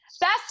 best